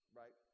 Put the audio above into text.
right